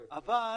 אבל